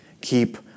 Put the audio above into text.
Keep